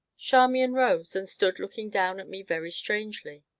charmian rose, and stood looking down at me very strangely.